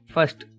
First